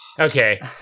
Okay